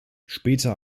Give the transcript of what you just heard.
später